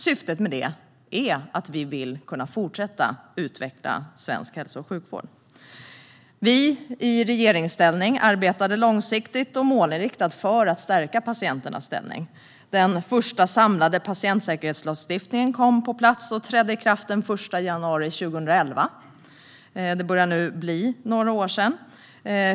Syftet med det är att vi vill kunna fortsätta att utveckla svensk hälso och sjukvård. I regeringsställning arbetade vi långsiktigt och målinriktat för att stärka patienternas ställning. Den första samlade patientsäkerhetslagstiftningen trädde i kraft den 1 januari 2011. Det börjar nu bli några år sedan.